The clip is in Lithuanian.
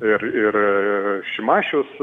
ir ir šimašius